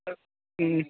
ஆ ம்